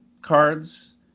cards